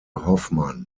hoffmann